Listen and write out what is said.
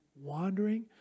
wandering